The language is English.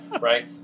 right